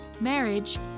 marriage